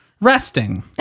resting